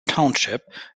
township